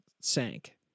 sank